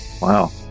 Wow